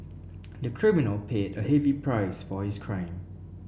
the criminal paid a heavy price for his crime